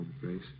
Grace